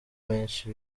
menshi